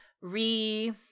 re